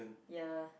ya